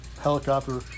helicopter